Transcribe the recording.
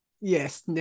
Yes